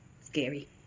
scary